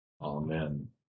Amen